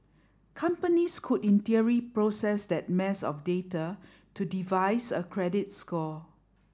companies could in theory process that mass of data to devise a credit score